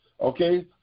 okay